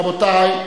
רבותי,